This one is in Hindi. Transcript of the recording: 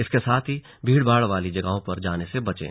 इसके साथ ही भीड़ भाड़ वाली जगहों पर जाने से बचे